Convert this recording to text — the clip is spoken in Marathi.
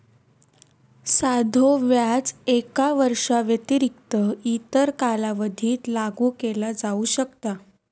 साधो व्याज एका वर्षाव्यतिरिक्त इतर कालावधीत लागू केला जाऊ शकता